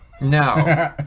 No